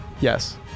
Yes